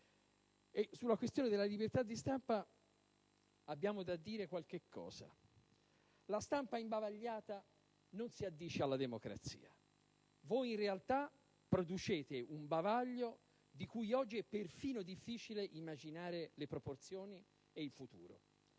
Sulla questione della libertà di stampa, abbiamo da dire qualche cosa. La stampa imbavagliata non si addice alla democrazia. Voi, in realtà, producete un bavaglio di cui oggi è perfino difficile immaginare le proporzioni e il futuro.